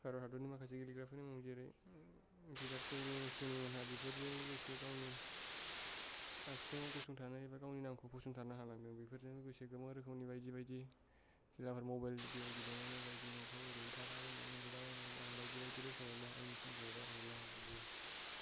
भारत हादोरनि माखासे गेलेग्राफोरनि मुं जेरै विराट कहलि एम एस ध'नि मोनहा बेफोरजों बेसे गावनि आथिङाव गसंथानो एबा गावनि नामखौ फसंथानो हालांदों बेफोरजों बेसे गोबां रोखोमनि बायदि बायदि खेलाफोर मबाइल गेम गेलेनानै बायदि न'फ्राव ओरैनो थालाबायनानै आं बायदि बायदि रोखोमै आंनि समखौ हगार हरनो हायो